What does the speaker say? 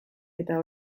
eta